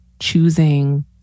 choosing